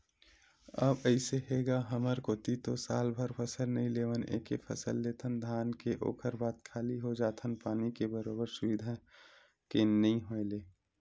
अब अइसे हे गा हमर कोती तो सालभर फसल नइ लेवन एके फसल लेथन धान के ओखर बाद खाली हो जाथन पानी के बरोबर सुबिधा के नइ होय ले